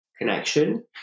connection